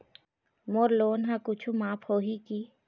मोर loan हा कुछू माफ होही की?